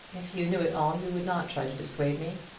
if you knew it all you would not try to dissuade me.